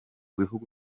bihugu